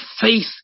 faith